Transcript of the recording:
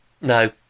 No